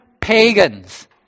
pagans